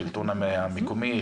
השלטון המקומי,